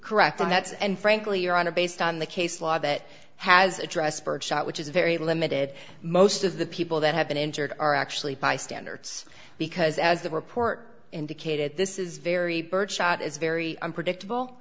correct and that's and frankly your honor based on the case law that has address birdshot which is very limited most of the people that have been injured are actually bystander it's because as the report indicated this is very birdshot is very unpredictable